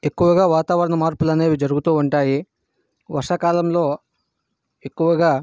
ఎక్కువగా వాతావరణ మార్పులు అనేవి జరుగుతూ ఉంటాయి వర్షాకాలంలో ఎక్కువగా